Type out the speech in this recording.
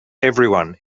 everyone